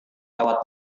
lewat